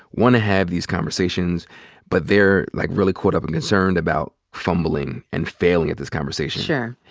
want to have these conversations but they're, like, really caught up and concerned about fumbling and failing at this conversation. sure.